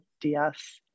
DS